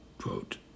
quote